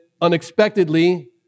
unexpectedly